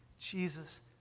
Jesus